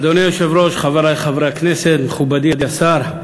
אדוני היושב-ראש, חברי חברי הכנסת, מכובדי השר,